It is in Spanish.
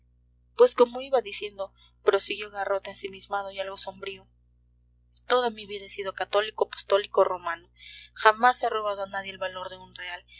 pues como iba diciendo prosiguió garrote ensimismado y algo sombrío toda mi vida he sido católico apostólico romano jamás he robado a nadie el valor de un real